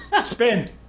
Spin